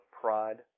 pride